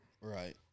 right